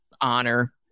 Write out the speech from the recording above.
honor